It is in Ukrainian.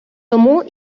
тому